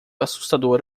assustador